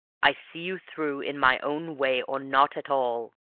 i see you through in my own way, or not at all.